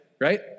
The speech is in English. right